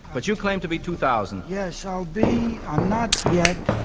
but you claim to be two thousand. yes, i'll be i'm not yet,